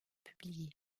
publié